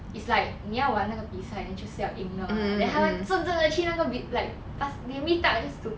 it's like 你要玩那个比赛 then 就是要赢的 mah then 他们真正的去那个 bit like plus they meet up just to